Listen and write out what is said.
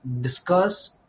discuss